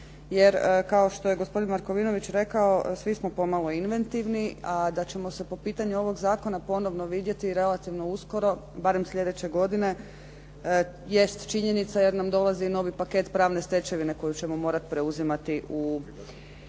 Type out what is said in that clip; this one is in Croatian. jer kao što je gospodin Markovinović rekao, svi smo pomalo inventivni, a da ćemo se po pitanju ovog zakona ponovno vidjeti, relativno uskoro, barem sljedeće godine jest činjenica jer nam dolazi novi paket pravne stečevine koju ćemo morati preuzimati u